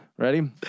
Ready